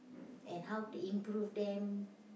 and how to improve them